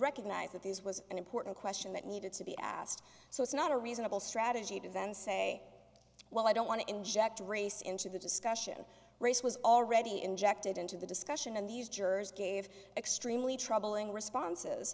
recognized that this was an important question that needed to be asked so it's not a reasonable strategy to then say well i don't want to inject race into the discussion race was already injected into the discussion and these jurors gave extremely troubling responses